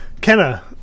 Kenna